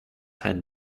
had